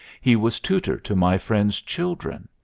he was tutor to my friend's children.